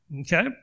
Okay